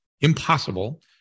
Impossible